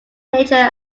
nature